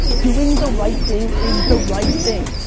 doing the right thing is the right thing.